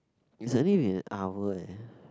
it's only been an hour eh